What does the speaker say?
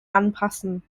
anpassen